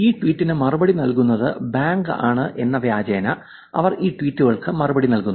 ഈ ട്വീറ്റിന് മറുപടി നൽകുന്നത് ബാങ്ക് ആണ് എന്ന വ്യാജേന അവർ ഈ ട്വീറ്റുകൾക്ക് മറുപടി നൽകുന്നു